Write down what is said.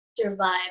survive